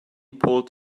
pulled